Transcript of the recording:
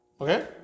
okay